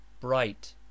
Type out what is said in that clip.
bright